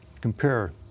COMPARE